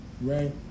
right